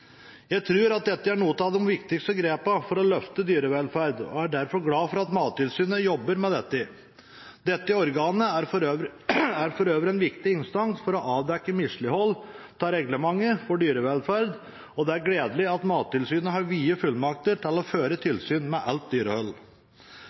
Jeg tror at dette er noen av de viktigste grepene for å løfte dyrevelferden, og er derfor glad for at Mattilsynet jobber med dette. Dette organet er for øvrig en viktig instans for å avdekke mislighold av reglementet for dyrevelferd, og det er gledelig at Mattilsynet har vide fullmakter til å føre